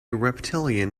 reptilian